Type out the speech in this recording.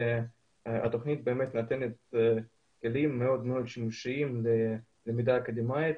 התוכנית נותנת כלים מאוד מאוד שימושיים ללמידה אקדמאית,